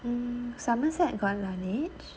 hmm somerset got Laneige